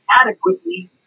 adequately